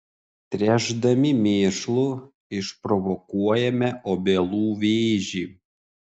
tręšdami mėšlu išprovokuojame obelų vėžį